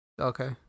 Okay